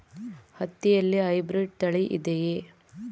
ಹತ್ತಿಯಲ್ಲಿ ಹೈಬ್ರಿಡ್ ತಳಿ ಇದೆಯೇ?